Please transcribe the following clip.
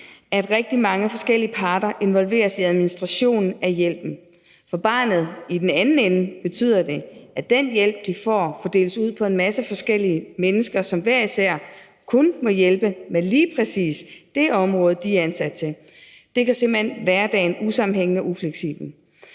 at rigtig mange forskellige parter involveres i administration af hjælpen. For barnet i den anden ende betyder det, at den hjælp, familien får, fordeles ud på en masse forskellige mennesker, som hver især kun må hjælpe med lige præcis det område, de er ansat til. Det gør simpelt hen hverdagen usammenhængende og ufleksibel.